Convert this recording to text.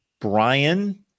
Brian